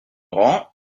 grand